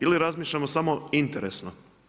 Ili razmišljamo samo interesno?